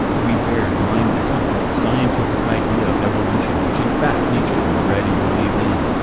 we bear in mind the socalled scientific idea of evolution which in fact nietzsche already believed in,